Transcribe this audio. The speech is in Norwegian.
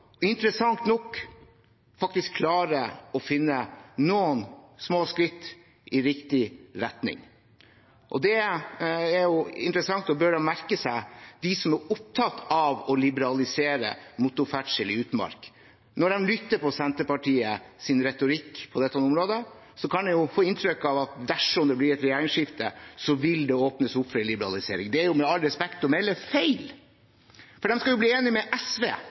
interessant nok, faktisk klarer å finne noen små skritt i riktig retning. Det er interessant, og de som er opptatt av å liberalisere motorferdsel i utmark, bør merke seg dette: Når man lytter på Senterpartiets retorikk på dette området, så kan man jo få inntrykk av at dersom det blir et regjeringsskifte, vil det åpnes opp for en liberalisering. Det er med all respekt å melde feil. For de skal jo bli enig med SV,